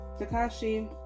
Takashi